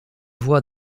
voies